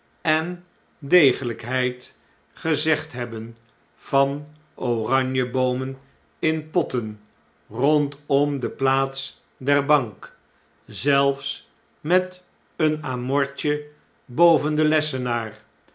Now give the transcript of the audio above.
en degelpheid de slijpsteen gezegd hebben van oranjeboomen in potten rondom de plaats der bank zelfs met een amortje boven den lessenaar